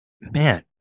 Man